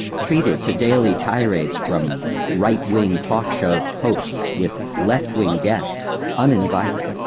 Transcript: treated to daily tirades from right-wing talk-show hosts, with left-wing guests uninvited.